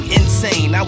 insane